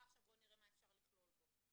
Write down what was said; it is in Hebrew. ועכשיו בואו נראה מה אפשר לכלול בו.